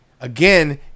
Again